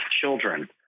children